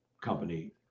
company